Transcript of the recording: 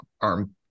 arm